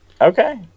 Okay